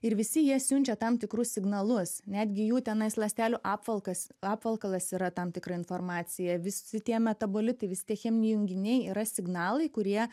ir visi jie siunčia tam tikrus signalus netgi jų tenais ląstelių apvalkas apvalkalas yra tam tikra informacija visi tie metabolitai visi tie cheminiai junginiai yra signalai kurie